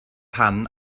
rhan